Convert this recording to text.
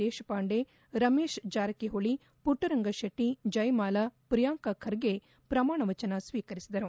ದೇಶಪಾಂ ಡೆರಮೇಶ್ಜಾರಕಿಹೊಳಿಪುಟ್ಟರಂಗಶೆಟ್ಟಿಜಯಮಾಲಾಪ್ರಿಯಾಂಕಖರ್ಗೆಪ್ರಮಾಣವಚನ ಸ್ನೀಕರಿಸಿದರು